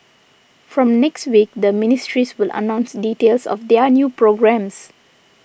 from next week the ministries will announce details of their new programmes